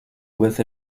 with